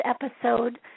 episode